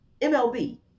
MLB